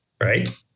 right